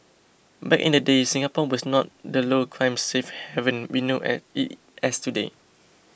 back in the day Singapore was not the low crime safe haven we know at it as today